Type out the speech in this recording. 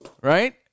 Right